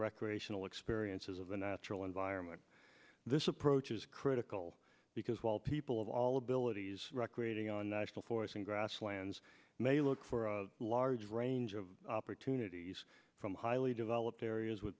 recreational experiences of the natural environment this approach is critical because while people of all abilities recreating our national forests and grasslands may look for a large range of opportunities from highly developed areas with